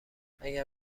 اگر